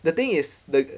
the thing is the